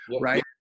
Right